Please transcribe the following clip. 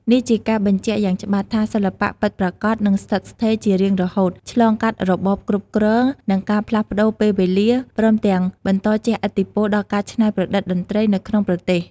នេះជាការបញ្ជាក់យ៉ាងច្បាស់ថា សិល្បៈពិតប្រាកដនឹងស្ថិតស្ថេរជារៀងរហូត ឆ្លងកាត់របបគ្រប់គ្រង និងការផ្លាស់ប្ដូរពេលវេលា ព្រមទាំងបន្តជះឥទ្ធិពលដល់ការច្នៃប្រឌិតតន្ត្រីនៅក្នុងប្រទេស។